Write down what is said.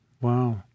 Wow